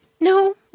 No